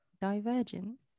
Divergent